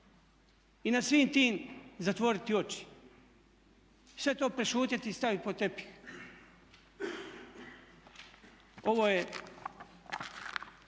I nad svim tim zatvoriti oči, sve to prešutjeti i staviti pod tepih. Ovo je